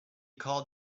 called